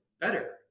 better